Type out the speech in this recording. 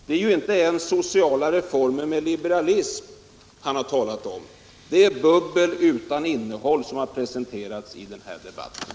Det är inte ens sociala reformer med liberalism som herr Ahlmark har talat om. Det är bubbel utan innehåll som har presenterats i den här debatten.